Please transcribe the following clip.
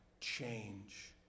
change